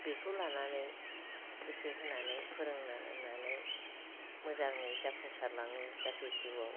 बेखौ लानानै गोसो होनानै फोरोंनो होननानै मोजाङै जाफुंसार लाङो जाहाथे जिउआव